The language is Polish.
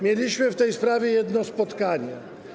Mieliśmy w tej sprawie jedno spotkanie.